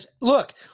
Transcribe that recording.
look